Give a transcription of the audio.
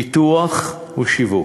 פיתוח ושיווק.